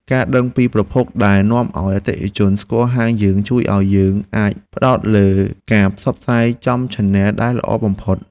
ការដឹងពីប្រភពដែលនាំឱ្យអតិថិជនស្គាល់ហាងយើងជួយឱ្យយើងអាចផ្ដោតលើការផ្សព្វផ្សាយចំឆានែលដែលល្អបំផុត។